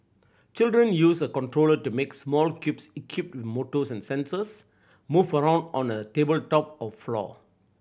children use a controller to make small cubes equipped motors and sensors move around on a tabletop or floor